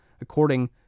according